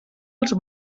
als